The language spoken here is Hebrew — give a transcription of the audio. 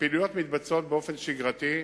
הפעילויות האלה נעשות באופן שגרתי,